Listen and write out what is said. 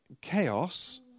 Chaos